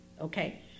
Okay